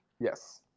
yes